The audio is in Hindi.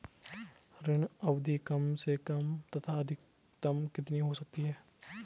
ऋण अवधि कम से कम तथा अधिकतम कितनी हो सकती है?